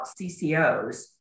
CCOs